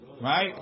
Right